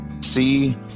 see